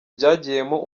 byagiyemo